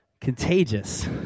contagious